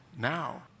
now